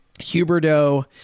Huberto